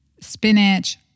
spinach